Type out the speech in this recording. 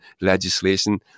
legislation